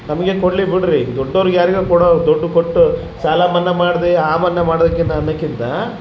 ನಮ್ಗೆನು ಕೊಡಲಿ ಬಿಡ್ರಿ ದೊಡ್ಡೋರಿಗೆ ಯಾರಿಗೋ ಕೊಡೊ ದುಡ್ಡು ಕೊಟ್ಟು ಸಾಲ ಮನ್ನಾ ಮಾಡಿದೇ ಆ ಮನ್ನಾ ಮಾಡ್ದೇಕಿನ ಅನ್ನೋಕಿಂತ